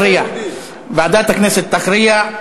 ועדת הכנסת תכריע.